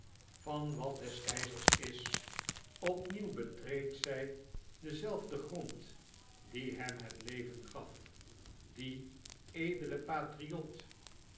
van wat des keizers is opnieuw betreedt zij denzelfden grond die hem het leven gaf dien